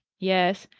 yes,